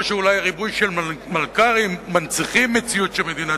או שאולי ריבוי המלכ"רים מנציח מציאות שמדינת